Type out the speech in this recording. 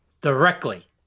directly